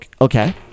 okay